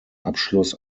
abschluss